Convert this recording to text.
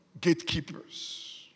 gatekeepers